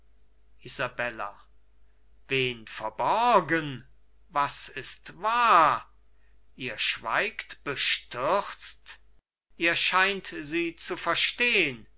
wen verborgen was ist wahr ihr schweigt bestürzt ihr scheint sie zu verstehn